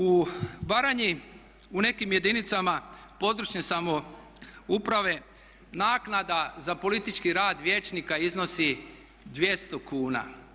U Baranji, u nekim jedinicama područne samouprave naknada za politički rad vijećnika iznosi 200 kuna.